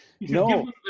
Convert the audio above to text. No